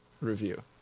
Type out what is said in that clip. review